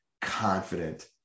confident